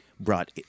Brought